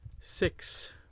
six